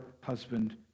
husband